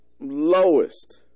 lowest